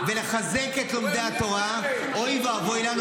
-- ולחזק את לומדי התורה, אוי ואבוי לנו.